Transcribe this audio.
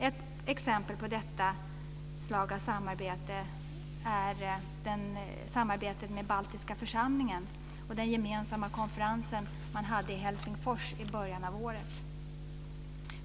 Ett exempel på detta slag av samarbete är samarbetet med den baltiska församlingen och den gemensamma konferens man hade i Helsingfors i början av året.